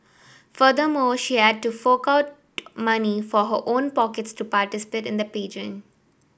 furthermore she had to fork out money from her own pockets to participate in the pageant